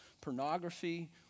pornography